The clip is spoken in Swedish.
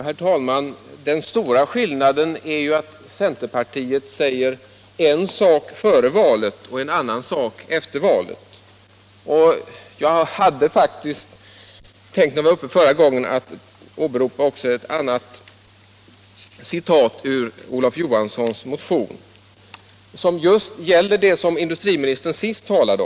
Herr talman! Den stora skillnaden är att centern säger en sak före valet och en annan sak efter valet. Jag hade faktiskt när jag hade ordet förra gången tänkt åberopa också en annan passus i Olof Johanssons motion som just gällde det som industriministern talade om nu sist.